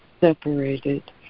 separated